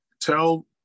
tell